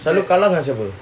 selalu kalah dengan siapa